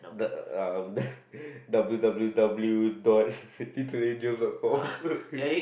the uh W W W dot to angels dot com